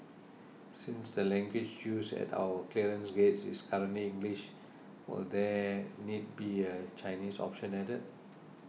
since the language used at our clearance gates is currently English will there need be a Chinese option added